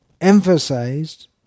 emphasized